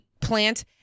plant